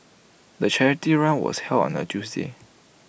the charity run was held on A Tuesday